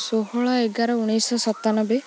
ଷୋହଳ ଏଗାର ଉଣେଇଶଶହ ସତାନବେ